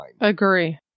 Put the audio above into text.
Agree